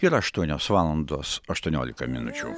yra aštuonios valandos aštuoniolika minučių